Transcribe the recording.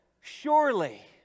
Surely